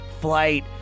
flight